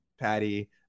Patty